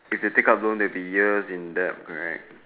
if you take up loan it'll be years in debt right